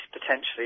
potentially